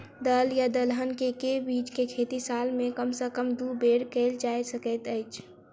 दल या दलहन केँ के बीज केँ खेती साल मे कम सँ कम दु बेर कैल जाय सकैत अछि?